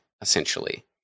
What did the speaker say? essentially